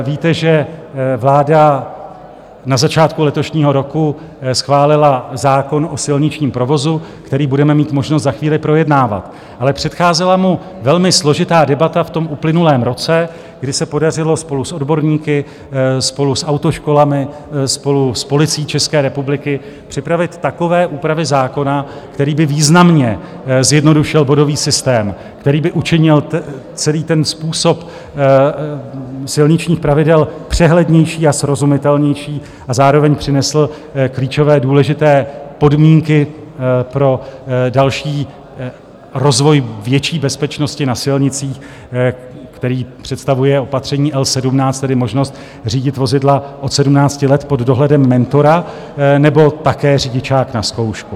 Víte, že vláda na začátku letošního roku schválila zákon o silničním provozu, který budeme mít možnost za chvíli projednávat, ale předcházela mu velmi složitá debata v uplynulém roce, kdy se podařilo spolu s odborníky, spolu s autoškolami, spolu s Policií České republiky připravit takové úpravy zákona, který by významně zjednodušil bodový systém, který by učinil celý způsob silničních pravidel přehlednější a srozumitelnější a zároveň přinesl klíčové důležité podmínky pro další rozvoj větší bezpečnosti na silnicích, který představuje opatření L17, tedy možnost řídit vozidla od sedmnácti let pod dohledem mentora, nebo také řidičák na zkoušku.